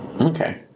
Okay